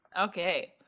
okay